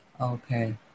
Okay